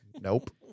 Nope